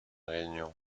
réunion